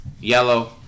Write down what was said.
Yellow